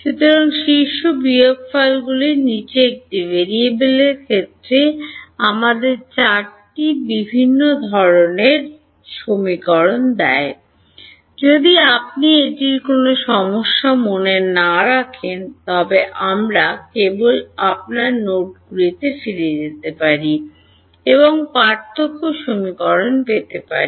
সুতরাং শীর্ষ বিয়োগফল নীচে এটি ভেরিয়েবলের ক্ষেত্রে আমাদের কী দেয় যদি আপনি এটির কোনও সমস্যা মনে না রাখেন তবে আমরা কেবল আপনার নোটগুলিতে ফিরে যেতে পারি এবং পার্থক্য সমীকরণ পেতে পারি